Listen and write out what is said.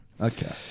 Okay